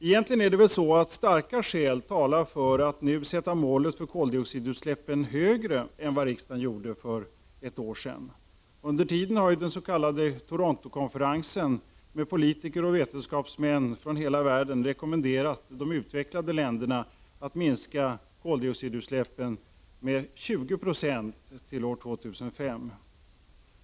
Egentligen talar starka skäl för att nu sätta målet för koldioxidutsläppen högre än vad riksdagen gjorde för drygt ett år sedan. Under tiden har den s.k. Toronto-konferensen med politiker och vetenskapsmän från hela världen rekommenderat de utvecklade länderna att minska koldioxidutsläppen med 20 9 till år 2005.